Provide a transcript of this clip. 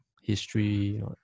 history